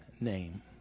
name